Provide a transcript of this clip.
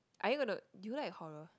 are they going to do you like a coral